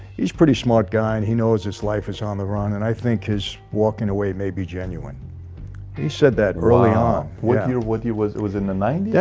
he's pretty smart guy, and he knows this life is on the run, and i think his walking away may be genuine he said that early on with your with you was within the night. yeah,